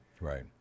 right